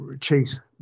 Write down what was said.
Chase